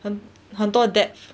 很很多 depth